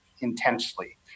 intensely